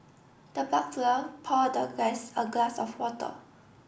the butler poured the guest a glass of water